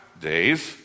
days